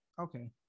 Okay